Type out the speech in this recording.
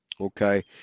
Okay